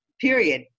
period